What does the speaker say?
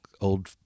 old